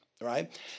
right